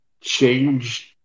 change